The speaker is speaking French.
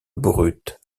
brute